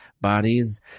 bodies